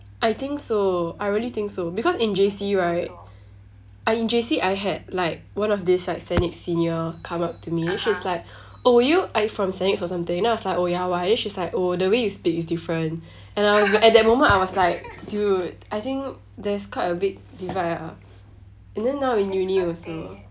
I think so I really think so because in J_C right I in J_C I had like one of this like saint nicks senior come up to me she's like oh were you like from saint nicks or something then I was like oh ya why then she's like oh the way you speak is different and it was at that moment I was like dude I think there's quite a big divide ah and then now in uni also